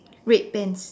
red pants